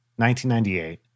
1998